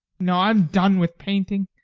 no, i am done with painting.